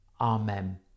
amen